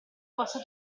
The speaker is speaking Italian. possa